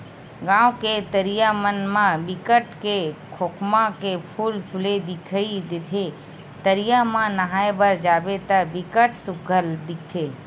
गाँव के तरिया मन म बिकट के खोखमा के फूल फूले दिखई देथे, तरिया म नहाय बर जाबे त बिकट सुग्घर दिखथे